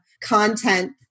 content